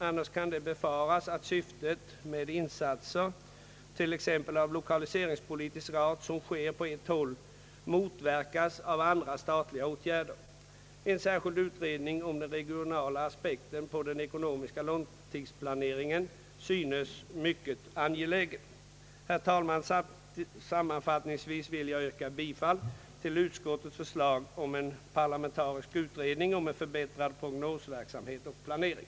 Annars kan det befaras att syftet med insatser, t.ex. av lokaliseringspolitisk art som sker på ett håll motverkas av andra statliga åtgärder. En särskild utredning om den regionala aspekten på den ekonomiska <långtidsplaneringen synes mycket angelägen. Herr talman! Sammanfattningsvis vill jag yrka bifall till utskottets förslag till en parlamentarisk utredning om en förbättrad prognosverksamhet och planering.